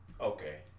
Okay